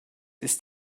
ist